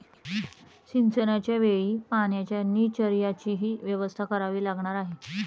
सिंचनाच्या वेळी पाण्याच्या निचर्याचीही व्यवस्था करावी लागणार आहे